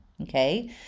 Okay